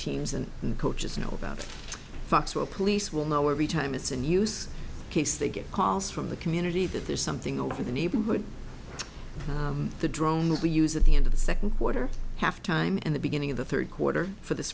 teams and the coaches know about fox where police will know every time it's in use case they get calls from the community that there's something over the neighborhood the drones we use at the end of the second quarter have time and the beginning of the third quarter for this